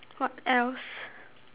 what else